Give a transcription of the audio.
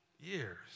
years